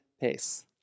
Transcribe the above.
pace